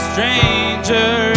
stranger